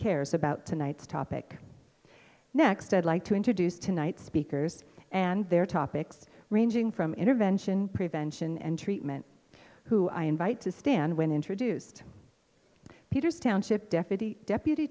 cares about tonight's topic next i'd like to introduce tonight's speakers and their topics ranging from intervention prevention and treatment who i invite to stand when introduced peters township deputy deputy